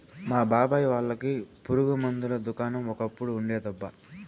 మా బాబాయ్ వాళ్ళకి పురుగు మందుల దుకాణం ఒకప్పుడు ఉండేదబ్బా